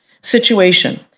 situation